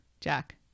Jack